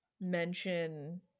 mention